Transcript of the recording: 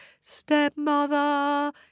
stepmother